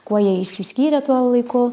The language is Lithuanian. kuo jie išsiskyrė tuo laiku